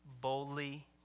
boldly